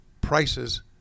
prices